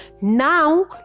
Now